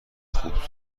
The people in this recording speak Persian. خوب